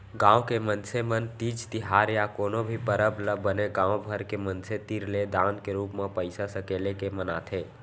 गाँव के मनसे मन तीज तिहार या कोनो भी परब ल बने गाँव भर के मनसे तीर ले दान के रूप म पइसा सकेल के मनाथे